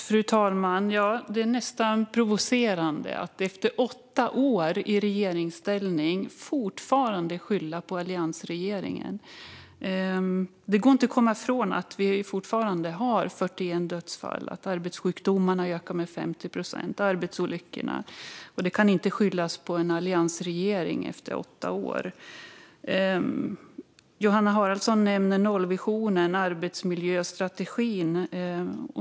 Fru talman! Det är nästan provocerande att man efter åtta år i regeringsställning fortfarande skyller på alliansregeringen. Det går inte att komma ifrån att vi fortfarande har 41 dödsfall, att arbetssjukdomarna ökar med 50 procent och att arbetsolyckorna ökar. Detta kan inte skyllas på en alliansregering efter åtta år. Johanna Haraldsson nämnde nollvisionen och arbetsmiljöstrategin.